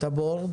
"טבור",